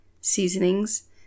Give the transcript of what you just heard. seasonings